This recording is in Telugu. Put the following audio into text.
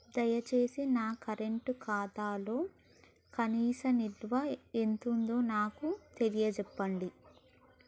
దయచేసి నా కరెంట్ ఖాతాలో కనీస నిల్వ ఎంతుందో నాకు తెలియచెప్పండి